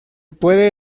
puede